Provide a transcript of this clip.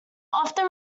often